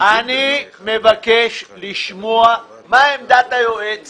אני מבקש לשמוע מה עמדת היועץ